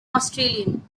australian